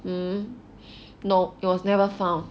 mmhmm no it was never found